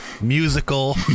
musical